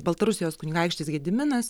baltarusijos kunigaikštis gediminas